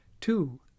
Two